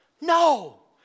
No